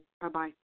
Bye-bye